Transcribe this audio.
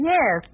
Yes